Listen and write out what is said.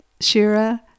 Shira